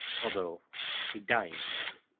although a dying one.